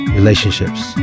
relationships